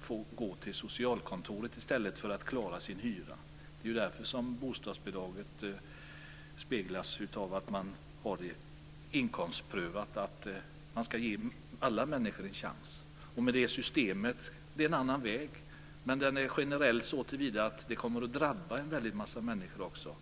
få gå till socialkontoret för att klara sin hyra. Det är därför som bostadsbidraget är inkomstprövat. Man ska ge alla människor en chans. Det generella systemet är en annan väg. Men det skulle drabba en väldigt massa människor.